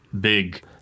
big